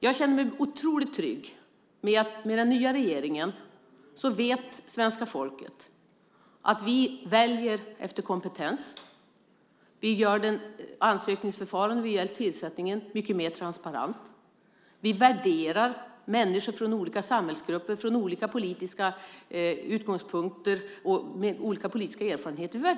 Jag känner mig otroligt trygg med att svenska folket vet att den nya regeringen väljer efter kompetens. Vi gör ansökningsförfarandet och tillsättningen mycket mer transparent. Vi värderar människor från olika samhällsgrupper, från olika politiska utgångspunkter och med olika politiska erfarenheter.